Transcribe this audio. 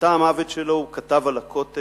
בתא המוות שלו הוא כתב על הכותל: